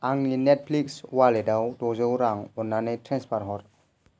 आंनि नेटफ्लिक्स अवालेटाव द'जौ रां अन्नानै ट्रेन्सफार हर